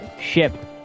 ship